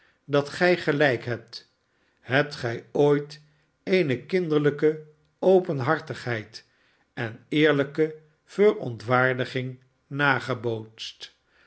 dat gij gelijk hebt hebt gij ooit eene kinderlijke openhartigheid en eerlijke verontwaardiging nagebootst